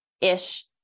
ish